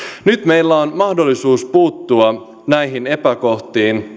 nyt meillä on mahdollisuus puuttua näihin epäkohtiin